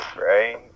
right